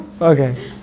Okay